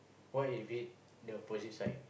what if hit the opposite side